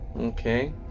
Okay